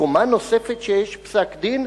קומה נוספת שיש פסק-דין,